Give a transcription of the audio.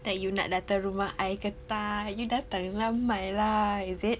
like you nak datang rumah I ke tak you datang lah Mai lah is it